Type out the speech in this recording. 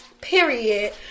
Period